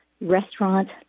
restaurant